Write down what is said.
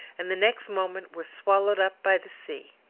and the next moment were swallowed up by the sea.